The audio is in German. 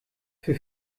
für